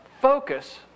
focus